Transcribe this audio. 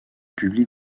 publie